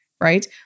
Right